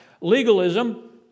Legalism